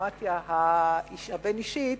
הדיפלומטיה הבין-אישית,